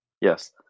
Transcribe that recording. Yes